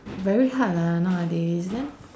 very hard lah nowadays then